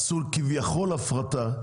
עשו כביכול הפרטה,